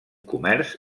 comerç